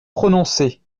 prononcé